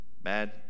bad